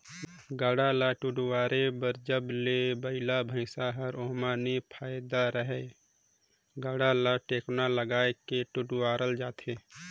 गाड़ा ल ठडुवारे बर जब ले बइला भइसा हर ओमहा नी फदाय रहेए गाड़ा ल टेकोना लगाय के ठडुवारल जाथे